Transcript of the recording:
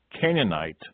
Canaanite